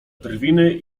drwiny